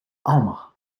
alma